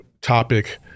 topic